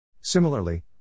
Similarly